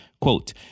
Quote